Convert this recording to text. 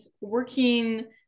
working